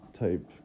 type